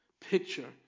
picture